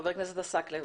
ח"כ עסאקלה בבקשה.